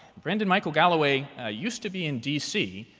brendan-michael galloway used to be in dc,